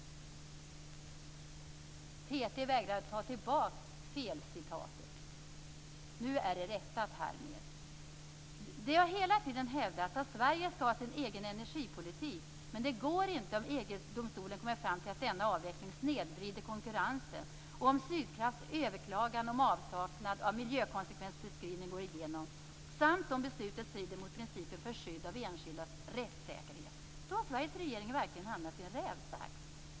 TT vägrade att ta tillbaks det felaktiga citatet. Härmed är det rättat. Det har hela tiden hävdats att Sverige skall ha sin egen energipolitik, men det går inte om EG domstolen kommer fram till att denna avveckling snedvrider konkurrensen och om Sydkrafts överklagan om avsaknad av miljökonsekvensbeskrivning går igenom, samt om beslutet strider mot principen om skydd av enskildas rättssäkerhet. Då har Sveriges regering verkligen hamnat i en rävsax.